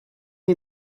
chi